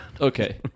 Okay